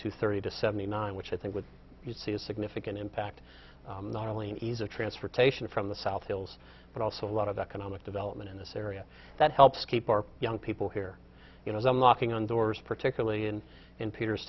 to thirty to seventy nine which i think would you see a significant impact not only ease of transportation from the south hills but also a lot of economic development in this area that helps keep our young people here you know as i'm knocking on doors particularly and in peter